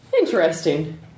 Interesting